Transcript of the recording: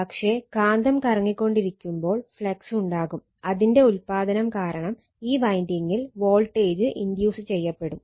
പക്ഷേ കാന്തം കറങ്ങിക്കൊണ്ടിരിക്കുമ്പോൾ ഫ്ലക്സ് ചെയ്യപ്പെടും